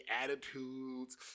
attitudes